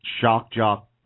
shock-jock